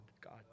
God